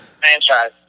franchise